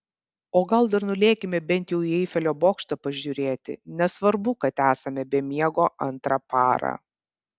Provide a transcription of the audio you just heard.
o gal dar nulėkime bent jau į eifelio bokštą pažiūrėti nesvarbu kad esame be miego antrą parą